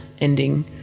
ending